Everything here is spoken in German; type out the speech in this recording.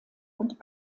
und